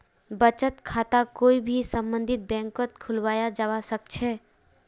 बचत खाताक कोई भी सम्बन्धित बैंकत खुलवाया जवा सक छे